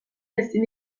ezin